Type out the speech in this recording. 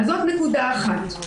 זאת נקודה אחת.